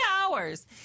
hours